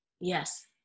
Yes